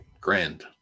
Grand